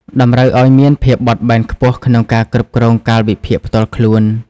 តម្រូវឱ្យមានភាពបត់បែនខ្ពស់ក្នុងការគ្រប់គ្រងកាលវិភាគផ្ទាល់ខ្លួន។